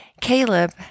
Caleb